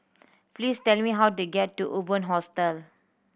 please tell me how to get to Urban Hostel